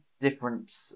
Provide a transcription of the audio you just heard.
different